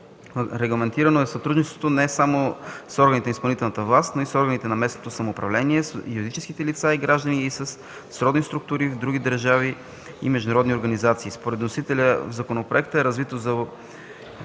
Регламентирано е сътрудничеството не само с органите на изпълнителната власт, но и с органите на местното самоуправление, с юридически лица и граждани и със сродни структури в други държави и международни организации. Според вносителя в законопроекта е развито